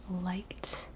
liked